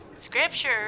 scripture